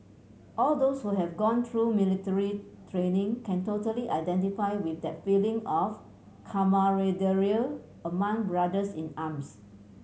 all those who have gone through military training can totally identify with that feeling of camaraderie among brothers in arms